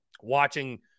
watching